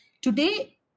today